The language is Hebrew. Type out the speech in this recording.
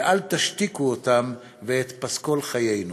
ואל תשתיקו אותם ואת פסקול חיינו.